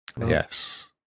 Yes